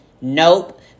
Nope